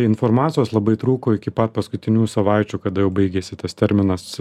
informacijos labai trūko iki pat paskutiniųjų savaičių kada jau baigėsi tas terminas